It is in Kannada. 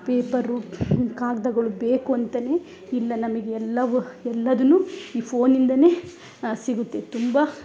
ಪೇಪರು ಕಾಗದಗಳು ಬೇಕು ಅಂತಾ ಇಲ್ಲ ನಮಗ್ ಎಲ್ಲವು ಎಲ್ಲದನ್ನ ಈ ಫೋನ್ಯಿಂದನೇ ಸಿಗುತ್ತೆ ತುಂಬ